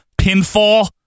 pinfall